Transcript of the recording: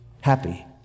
Happy